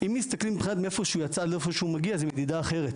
אם מסתכלים מבחינת איפה שהוא יצא ואיפה הוא מגיע זה מדידה אחרת,